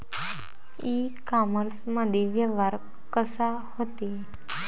इ कामर्समंदी व्यवहार कसा होते?